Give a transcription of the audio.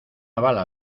bala